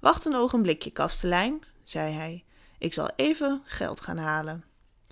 wacht een oogenblikje kastelein zei hij ik zal even geld gaan halen